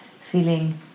feeling